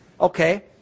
okay